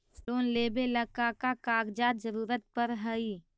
Loan लेवेला का का कागजात जरूरत पड़ हइ?